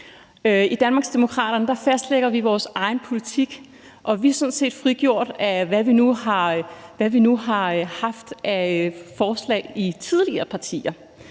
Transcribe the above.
I Danmarksdemokraterne fastlægger vi vores egen politik, og vi er sådan set frigjort fra, hvad vi nu tidligere har haft af forslag i andre partier.